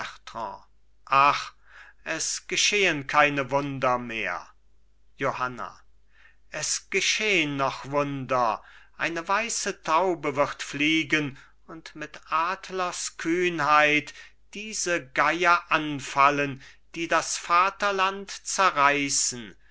es geschehen keine wunder mehr johanna es geschehn noch wunder ein weiße taube wird fliegen und mit adlerskühnheit diese geier anfallen die das vaterland zerreißen